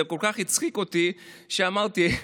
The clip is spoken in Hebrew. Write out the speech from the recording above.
זה כל כך הצחיק אותי, שאמרתי: